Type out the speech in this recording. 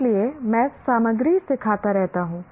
इसलिए मैं सामग्री सिखाता रहता हूं